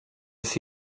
jest